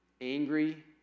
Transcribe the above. angry